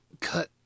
cut